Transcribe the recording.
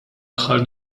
aħħar